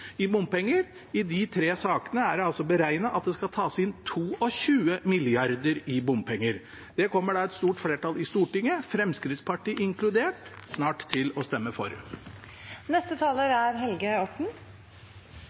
i bompenger. I de tre sakene er det beregnet at det skal tas inn 22 mrd. kr i bompenger. Det kommer et stort flertall i Stortinget, Fremskrittspartiet inkludert, snart til å stemme for.